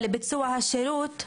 אבל לביצוע השירות,